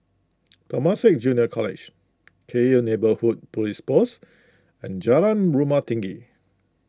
Temasek Junior College Cairnhill Neighbourhood Police Post and Jalan Rumah Tinggi